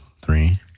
Three